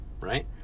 Right